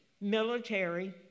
Military